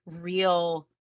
real